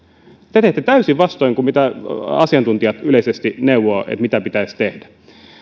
te teette täysin vastoin kuin mitä asiantuntijat yleisesti neuvovat mitä pitäisi tehdä